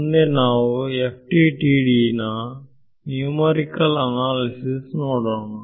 ಮುಂದೆ ನಾವು FDTD ನ ನ್ಯೂಮರಿಕಲ್ ಅನಾಲಿಸಿಸ್ ನೋಡೋಣ